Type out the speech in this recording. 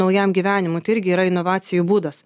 naujam gyvenimui tai irgi yra inovacijų būdas